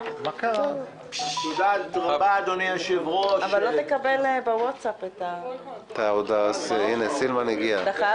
תודה רבה, אדוני היושב-ראש, לילה טוב לכולם.